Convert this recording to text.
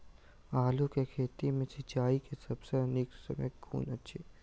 आलु केँ खेत मे सिंचाई केँ सबसँ नीक समय कुन अछि?